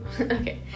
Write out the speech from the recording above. okay